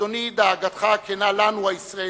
אדוני, דאגתך הכנה לנו, הישראלים,